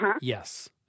yes